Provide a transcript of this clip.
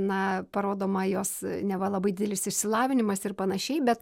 na parodoma jos neva labai didelis išsilavinimas ir panašiai bet